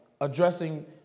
addressing